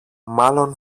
μάλλον